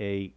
a